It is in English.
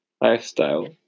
lifestyle